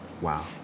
Wow